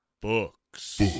Books